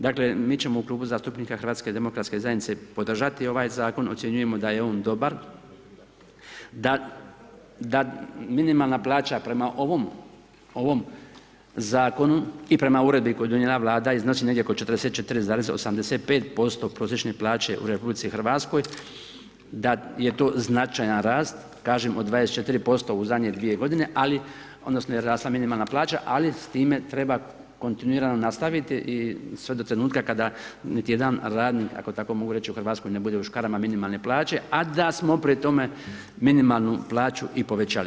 Dakle mi ćemo u Klubu zastupnika HDZ-a podržati ovaj zakon, ocjenjujemo da je on dobar, da minimalna plaća prema ovom zakonu i prema uredbi koju je donijela Vlada iznosi negdje oko 44,85% prosječne plaće u RH da je to značajan rast, kažem od 24% u zadnje dvije godine ali, odnosno je rasla minimalna plaća ali s time treba kontinuirano nastaviti i sve do trenutka kada niti jedan radnik ako tamo mogu reći u Hrvatskoj ne bude u škarama minimalne plaće a da smo pri tome minimalnu plaću i povećali.